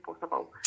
possible